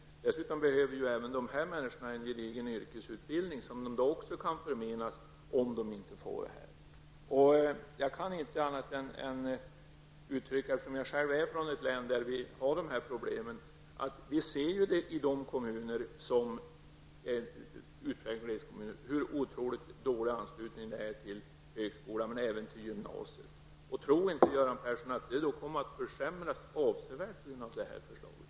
Dessutom behöver även dessa människor en gedigen yrkesutbildning, som de också kan förmenas om de inte får det här stödet. Jag är själv från ett län där vi har de problemen, och vi ser i de kommuner som är utpräglade glesbygdskommuner hur otroligt dålig anslutning det är till högskolan, och även till gymnasiet. Tror inte Göran Persson att det kommer att försämras avsevärt genom det här förslaget?